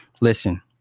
Listen